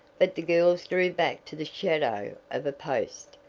but the girls drew back to the shadow of a post,